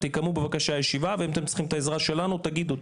תקיימו בבקשה ישיבה ואם אתם צריכים את העזרה שלנו תגידו,